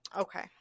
Okay